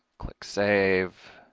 click save,